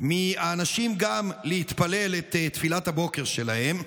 מהאנשים גם להתפלל את תפילת הבוקר שלהם,